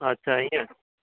अच्छा ईअं